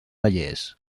vallès